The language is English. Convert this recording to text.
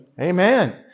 Amen